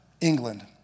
England